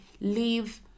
Leave